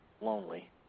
lonely